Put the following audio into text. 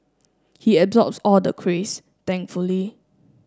he absorbs all the craze thankfully